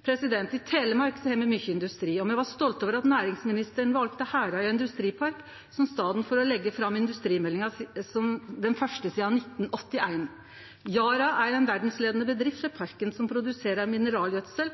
I Telemark har me mykje industri, og me var stolte over at næringsministeren valde Herøya industripark som staden for å leggje fram industrimeldinga, den første sidan 1981. Yara er ein verdsleiande bedrift i parken og produserer mineralgjødsel.